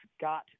got